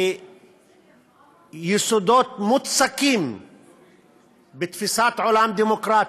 ויסודות מוצקים בתפיסת עולם דמוקרטית,